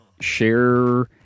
share